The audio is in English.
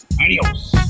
adios